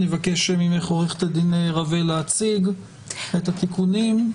אבקש ממך עו"ד רווה להציג את התיקונים.